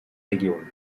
region